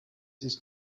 ist